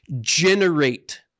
generate